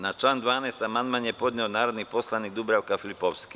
Na član 12. amandman je podneo narodni poslanik Dubravka Filipovski.